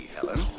Helen